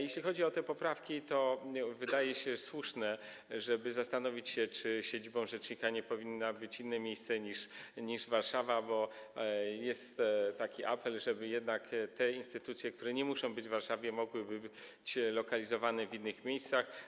Jeśli chodzi o te poprawki, to wydaje się słuszne, żeby zastanowić się, czy siedzibą rzecznika nie powinno być inne miejsce niż Warszawa, bo jest taki apel, żeby jednak te instytucje, które nie muszą być w Warszawie, mogły być lokalizowane w innych miejscach.